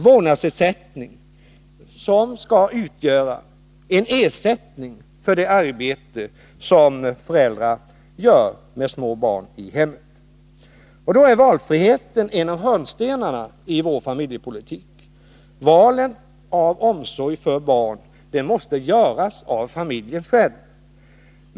Vårdnadsersättningen skall utgöra en ersättning för det arbete som föräldrar med små barn utför i hemmet. Valfriheten är en av hörnstenarna i vår familjepolitik. Valet av omsorg av barnen måste göras av familjen själv.